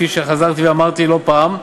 כפי שחזרתי ואמרתי לא פעם,